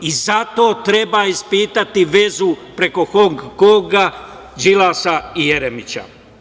Zato treba ispitati vezu preko Hong Konga, Đilasa i Jeremića.